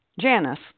Janice